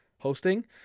hosting